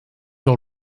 all